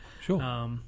Sure